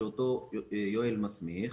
שאותו יואל מסמיך,